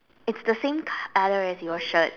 it's the same colour as your shirt